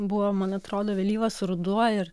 buvo man atrodo vėlyvas ruduo ir